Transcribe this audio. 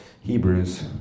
Hebrews